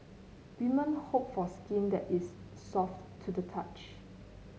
women hope for skin that is soft to the touch